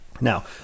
Now